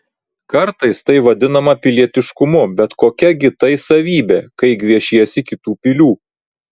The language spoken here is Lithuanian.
kartais tai vadinama pilietiškumu bet kokia gi tai savybė kai gviešiesi kitų pilių